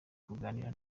kuganira